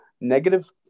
negative